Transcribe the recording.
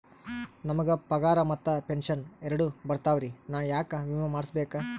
ನಮ್ ಗ ಪಗಾರ ಮತ್ತ ಪೆಂಶನ್ ಎರಡೂ ಬರ್ತಾವರಿ, ನಾ ಯಾಕ ವಿಮಾ ಮಾಡಸ್ಬೇಕ?